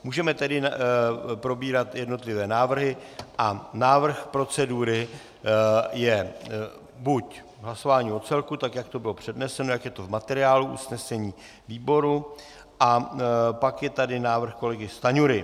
Můžeme tedy probírat jednotlivé návrhy a návrh procedury je buď hlasování o celku, tak jak to bylo předneseno, jak je to v materiálu usnesení výboru, a pak je tady návrh kolegy Stanjury.